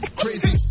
crazy